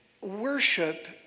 Worship